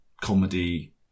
comedy